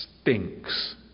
stinks